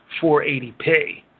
480p